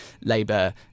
Labour